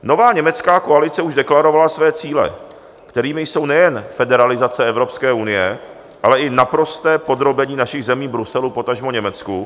Nová německá koalice už deklarovala své cíle, kterými jsou nejen federalizace Evropské unie, ale i naprosté podrobení našich zemí Bruselu, potažmo Německu.